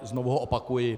Znovu ho opakuji.